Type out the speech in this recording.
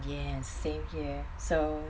yes same here so